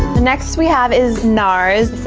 the next we have is nars.